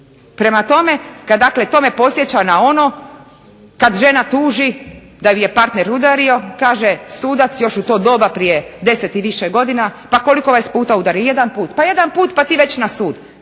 Prema tome, kad dakle to me podsjeća na ono kad žena tuži da ju je partner udario, kaže sudac još u to doba prije deset i više godina pa koliko vas je puta udario. Jedan put. Pa jedan put pa ti već na sud!